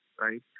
right